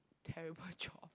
terrible job